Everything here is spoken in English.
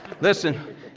Listen